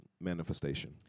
manifestation